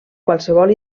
qualsevol